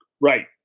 right